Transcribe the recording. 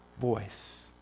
voice